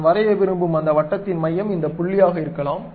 நான் வரைய விரும்பும் அந்த வட்டத்தின் மையம் இந்த புள்ளியாக இருக்கலாம்